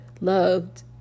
loved